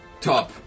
Top